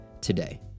today